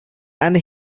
and